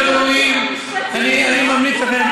הם לא ראויים, מה לעשות.